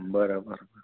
बरं बरं बरं